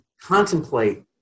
contemplate